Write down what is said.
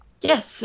Yes